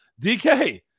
DK